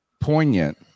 poignant